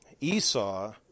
Esau